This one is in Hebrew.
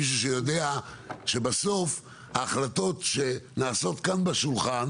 מי שיודע שבסוף ההחלטות שנעשות כאן בשולחן,